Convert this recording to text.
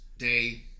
day